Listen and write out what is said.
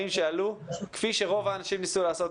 שעלו כפי שרוב האנשים ניסו לעשות.